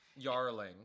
Yarling